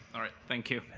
all right, thank you.